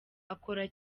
akora